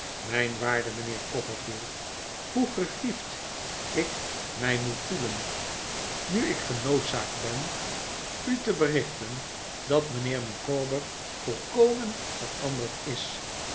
mijn waarde mijnheer copperfield hoe gegriefd ik mij moet voelen nu ik genooddavid copperfield zaakt ben u te berichten dat mijnheer micawber volkomen veranderd is